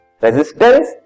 Resistance